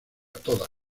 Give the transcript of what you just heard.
toda